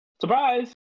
Surprise